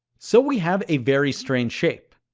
so we have a very strange shape.